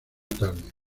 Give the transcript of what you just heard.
turner